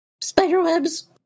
Spiderwebs